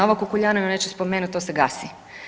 Ovo Kukuljanovo neću spomenuti to se gasi.